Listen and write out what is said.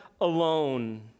alone